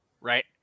right